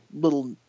little